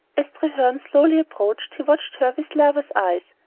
as treherne slowly approached, he watched her with lover's eyes,